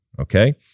okay